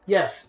Yes